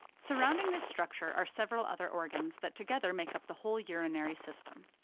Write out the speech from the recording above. surrounding this structure are several other organs that together make up the whole urinary system.